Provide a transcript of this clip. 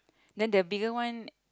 then the bigger one